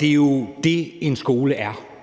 Det er jo det, en skole er.